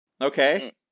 Okay